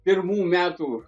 pirmų metų